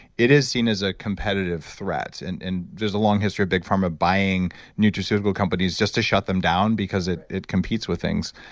it is seen as a competitive threat and and there's a long history of big pharma buying nutraceutical companies just to shut them down because it it competes with things.